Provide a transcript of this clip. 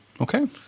Okay